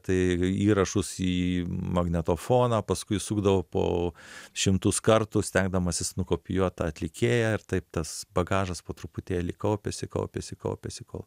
tai įrašus į magnetofoną paskui sukdavau po šimtus kartų stengdamasis nukopijuot tą atlikėją ir taip tas bagažas po truputėlį kaupėsi kaupėsi kaupėsi kol